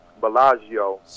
Bellagio